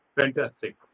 Fantastic